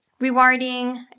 rewarding